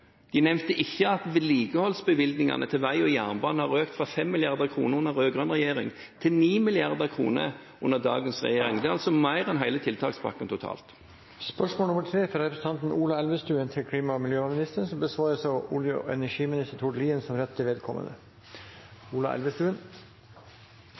De nevnte ikke at vedlikeholdsbevilgningene til vei og jernbane har økt fra 5 mrd. kr under rød-grønn regjering til 9 mrd. kr under dagens regjering. Det er mer enn hele tiltakspakken totalt. Dette spørsmålet, fra representanten Ola Elvestuen til klima- og miljøministeren, besvares av olje- og energiminister Tord Lien som rette vedkommende.